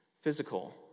physical